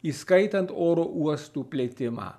įskaitant oro uostų plėtimą